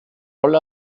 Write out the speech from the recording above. rolle